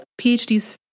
PhDs